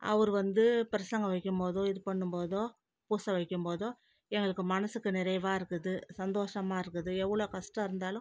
அவரு வந்து பிரசங்கம் வைக்கும் போதோ இது பண்ணும் போதோ பூசை வைக்கும் போதோ எங்களுக்கு மனசுக்கு நிறைவாக இருக்குது சந்தோஷமாக இருக்குது எவ்வளோ கஷ்டம் இருந்தாலும்